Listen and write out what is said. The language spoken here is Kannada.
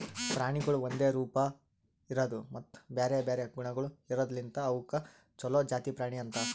ಪ್ರಾಣಿಗೊಳ್ ಒಂದೆ ರೂಪ, ಇರದು ಮತ್ತ ಬ್ಯಾರೆ ಬ್ಯಾರೆ ಗುಣಗೊಳ್ ಇರದ್ ಲಿಂತ್ ಅವುಕ್ ಛಲೋ ಜಾತಿ ಪ್ರಾಣಿ ಅಂತರ್